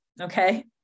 Okay